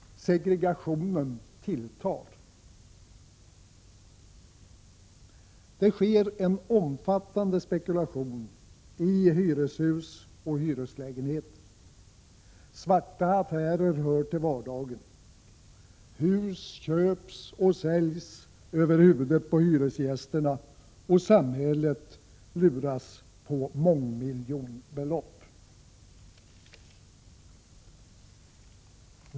Segregationen tilltar. Det sker en omfattande spekulation i hyreshus och hyreslägenheter. Svarta affärer hör till vardagen. Hus köps och säljs över huvudet på hyresgästerna, och samhället luras på mångmiljonbelopp.